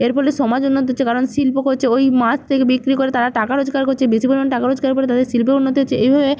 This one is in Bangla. এর ফলে সমাজ উন্নত হচ্ছে কারণ শিল্প করছে ওই মাছ থেকে বিক্রি করে তারা টাকা রোজগার করছে বেশি পরিমাণ টাকা রোজগারের ফলে তাদের শিল্পের উন্নতি হচ্ছে এইভাবে